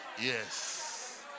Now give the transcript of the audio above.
Yes